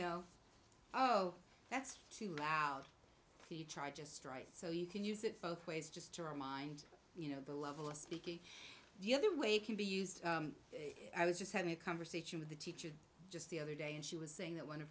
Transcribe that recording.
know oh that's too out you try just right so you can use it both ways just to remind you know the level of speaking the other way can be used i was just having a conversation with the teacher just the other day and she was saying that one of